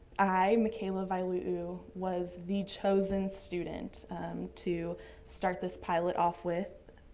i micaela viluu was the chosen student to start this pilot off with.